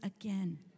again